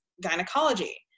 gynecology